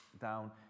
down